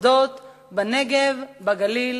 במוסדות בנגב, בגליל